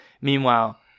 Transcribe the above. meanwhile